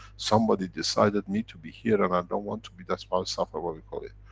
somebody decided me to be here and i don't want to be that's why i suffer, what we call it.